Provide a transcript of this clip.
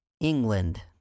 England